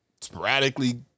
sporadically